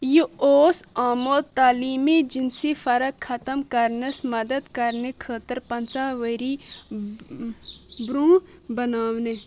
یہِ اوس آمُت تعلیمی جِنسی فرق ختم کرنس مدد کرنہٕ خٲطرٕ پَنٛژاہ ؤری برونٛہہ بناونہٕ